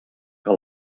que